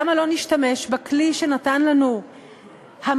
למה לא להשתמש בכלי שנתן לנו המחוקק,